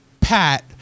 Pat